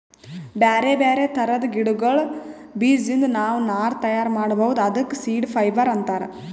ಬ್ಯಾರೆ ಬ್ಯಾರೆ ಥರದ್ ಗಿಡಗಳ್ ಬೀಜದಿಂದ್ ನಾವ್ ನಾರ್ ತಯಾರ್ ಮಾಡ್ಬಹುದ್ ಅದಕ್ಕ ಸೀಡ್ ಫೈಬರ್ ಅಂತಾರ್